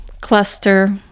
cluster